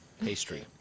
Pastry